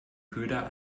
köder